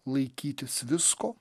laikytis visko